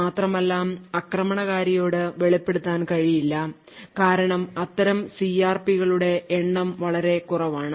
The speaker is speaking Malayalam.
മാത്രമല്ല ആക്രമണകാരിയോട് വെളിപ്പെടുത്താൻ കഴിയില്ല കാരണം അത്തരം CRP കളുടെ എണ്ണം വളരെ കുറവാണ്